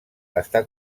està